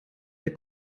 der